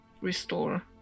restore